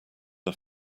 are